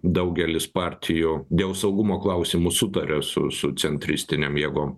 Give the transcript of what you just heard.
daugelis partijų dėl saugumo klausimų sutaria su su centristinėm jėgom